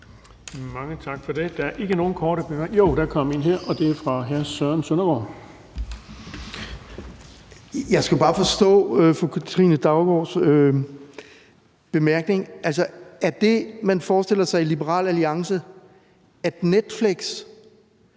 Mange tak for det. Der er en kort bemærkning fra hr. Søren Søndergaard. Kl. 11:00 Søren Søndergaard (EL): Jeg skal bare forstå fru Katrine Daugaards bemærkning. Er det, man forestiller sig i Liberal Alliance, at Netflix